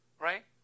Right